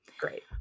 Great